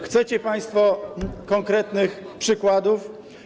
Chcecie państwo konkretnych przykładów?